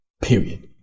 period